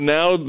now